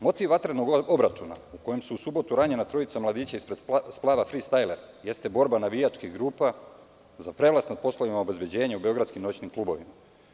Motiv vatrenog obračuna u kojem su u subotu ranjena trojica mladića ispred splava „Fri stajler“ jeste borba navijačkih grupa za prevlast na poslovima obezbeđenja u beogradskim noćnim klubovima.